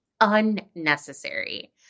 unnecessary